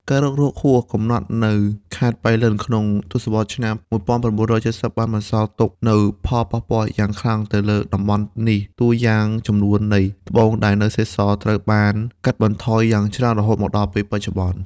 ការរុករកហួសកំណត់នៅខេត្តប៉ៃលិនក្នុងទសវត្សរ៍ឆ្នាំ ១៩៧០ បានបន្សល់ទុកនូវផលប៉ះពាល់យ៉ាងខ្លាំងទៅលើតំបន់នេះ តួយ៉ាងចំនួននៃត្បូងដែលនៅសេសសល់ត្រូវបានបានកាត់បន្ថយយ៉ាងច្រើនរហូតមកដល់ពេលបច្ចុប្បន្ន។